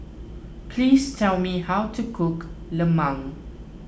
please tell me how to cook Lemang